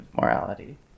morality